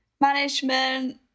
Management